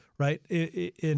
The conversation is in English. Right